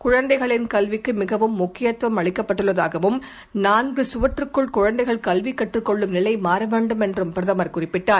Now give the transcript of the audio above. குழந்தைகளின் கல்விக்குமிகவும் முக்கியத்துவம் அளிக்கப்பட்டுள்ளதாகவும் நான்குசுவற்றுக்கள் குழந்தைகள் கல்விகற்றுக் கொள்ளும் நிலைமாறவேண்டுமென்றும் பிரதமர் குறிப்பிட்டார்